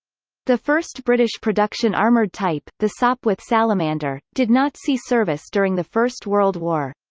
the first british production armoured type, the sopwith salamander, did not see service during the first world war.